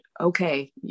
okay